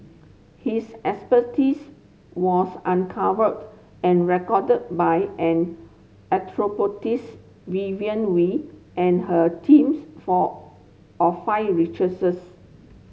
his expertise was uncovered and recorded by anthropologist Vivien Wee and her teams for of five researchers